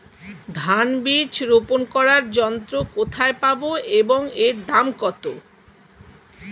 ধান বীজ রোপন করার যন্ত্র কোথায় পাব এবং এর দাম কত?